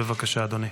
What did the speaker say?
בבקשה, אדוני.